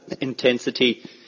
intensity